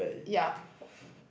ya